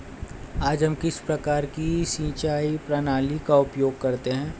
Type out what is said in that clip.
आज हम किस प्रकार की सिंचाई प्रणाली का उपयोग करते हैं?